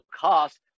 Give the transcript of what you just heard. cost